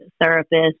therapist